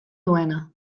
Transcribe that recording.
duena